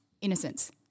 innocence